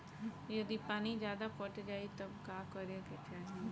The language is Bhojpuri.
यदि पानी ज्यादा पट जायी तब का करे के चाही?